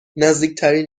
نزدیکترین